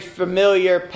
familiar